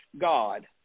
God